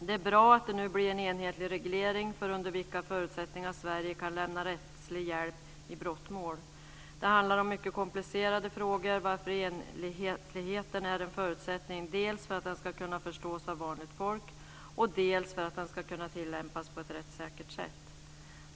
Det är bra att det nu blir en enhetlig reglering för under vilka förutsättningar som Sverige kan lämna rättslig hjälp i brottmål. Det handlar om mycket komplicerade frågor, varför enhetligheten är en förutsättning dels för att detta ska kunna förstås av vanligt folk, dels för att det hela ska kunna tillämpas på ett rättssäkert sätt.